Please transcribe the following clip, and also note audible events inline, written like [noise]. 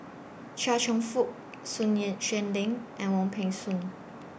Chia Cheong Fook Sun [unintelligible] Xueling and Wong Peng Soon